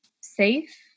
safe